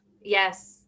Yes